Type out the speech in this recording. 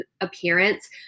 appearance